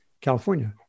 California